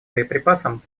боеприпасам